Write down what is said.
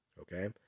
okay